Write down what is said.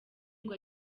ngo